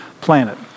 planet